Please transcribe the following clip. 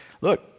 Look